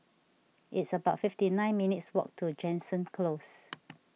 it's about fifty nine minutes' walk to Jansen Close